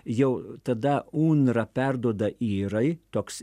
jau tada unra perduoda irai toks